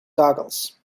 goggles